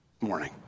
morning